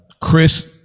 Chris